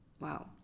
Wow